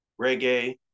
reggae